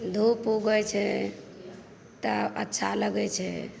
धूप उगय छै तऽ अच्छा लगैत छै